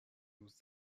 روز